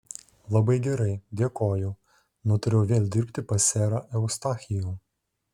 labai gerai dėkoju nutariau vėl dirbti pas serą eustachijų